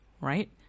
right